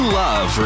love